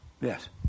Yes